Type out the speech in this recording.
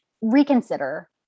reconsider